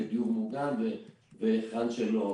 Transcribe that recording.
בדיור מוגן והיכן שלא